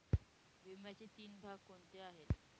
विम्याचे तीन भाग कोणते आहेत?